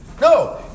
No